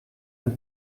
and